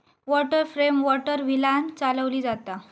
water frame water व्हीलांन चालवली जाता